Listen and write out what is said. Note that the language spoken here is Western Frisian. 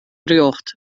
rjocht